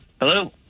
Hello